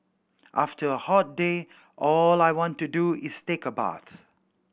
after a hot day all I want to do is take a bath